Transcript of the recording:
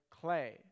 clay